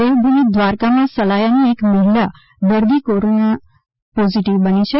દેવભૂમિ દ્વારકામાં સલાયાની એક મહિલા દર્દી કોરોના પોઝિટિવ બની છે